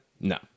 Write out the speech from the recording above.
no